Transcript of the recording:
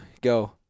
go